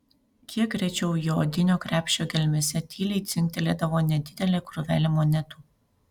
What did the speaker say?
kiek rečiau jo odinio krepšio gelmėse tyliai dzingtelėdavo nedidelė krūvelė monetų